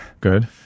Good